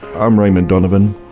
i'm raymond donovan.